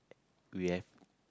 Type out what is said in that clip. we have